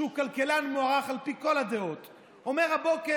שהוא כלכלן מוערך על פי כל הדעות, אומר הבוקר: